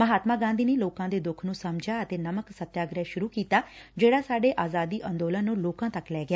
ਮਹਾਤਮਾ ਗਾਧੀ ਨੇ ਲੋਕਾ ਦੇ ਦੁੱਖ ਨੂੰ ਸਮਝਿਆ ਅਤੇ ਨਮਕ ਸਤਿਆਗ੍ਹਿ ਸੁਰੁ ਕੀਤਾ ਜਿਹੜਾ ਸਾਡੇ ਆਜ਼ਾਦੀ ਅੰਦੋਲਨ ਨੂੰ ਲੋਕਾਂ ਤੱਕ ਲੈ ਗਿਆ